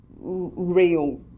real